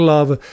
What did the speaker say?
Love